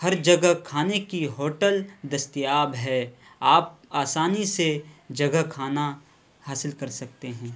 ہر جگہ کھانے کی ہوٹل دستیاب ہے آپ آسانی سے جگہ کھانا حاصل کر سکتے ہیں